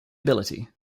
ability